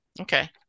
Okay